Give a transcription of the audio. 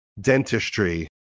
dentistry